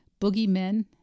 boogeymen